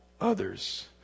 others